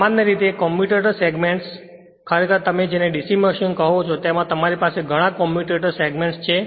સામાન્ય રીતે કમ્યુટેટર ખરેખર તમે જેને DC મશીન કહો છો તેમાં તમારી પાસે ઘણા કમ્યુટેટર સેગમેન્ટ્સ છે